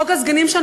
חוק הסגנים ללא שכר,